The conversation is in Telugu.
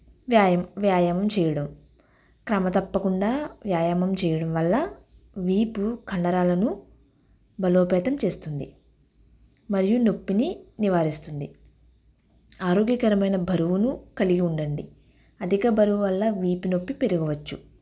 వ్యాయామం వ్యాయామం చేయడం క్రమం తప్పకుండా వ్యాయామం చేయడం వల్ల వీపు కండరాలను బలోపేతం చేస్తుంది మరియు నొప్పిని నివారిస్తుంది ఆరోగ్యకరమైన బరువును కలిగి ఉండండి అధిక బరువు వల్ల వీపు నొప్పి పెరగవచ్చు